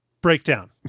breakdown